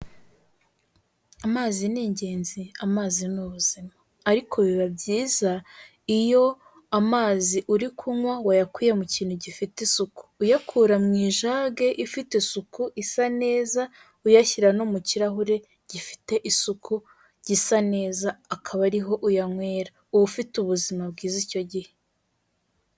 Amazi n'igenzi, amazi ni ubuzima, ariko biba byiza iyo amazi uri kunywa wayakuye mu kintu gifite isuku, uyakura mu ijage ifite isuku isa neza, uyashyira no mu kirahure gifite isuku gisa neza ukaba ariho uyanywera uba ufite ubuzima bwiza icyo gihe.